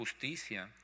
justicia